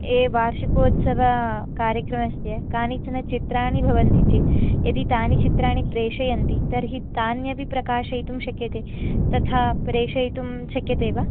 ये वार्षिकोत्सवकार्यक्रमस्य कानिचन चित्राणि भवन्ति चेत् यदि तानि चित्राणि प्रेषयन्ति तर्हि तान्यपि प्रकाशयितुं शक्यते तथा प्रेषयितुं शक्यते वा